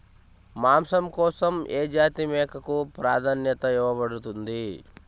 మాంసం కోసం ఏ జాతి మేకకు ప్రాధాన్యత ఇవ్వబడుతుంది?